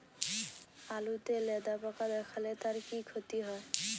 আলুতে লেদা পোকা দেখালে তার কি ক্ষতি হয়?